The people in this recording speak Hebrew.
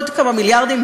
עוד כמה מיליארדים,